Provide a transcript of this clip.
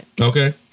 Okay